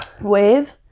wave